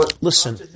Listen